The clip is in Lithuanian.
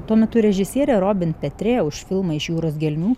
tuo metu režisierė robin petrė už filmą iš jūros gelmių